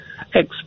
experts